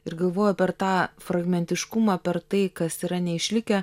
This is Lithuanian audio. ir galvoju per tą fragmentiškumą per tai kas yra neišlikę